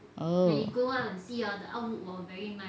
oh